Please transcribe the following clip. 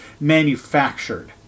manufactured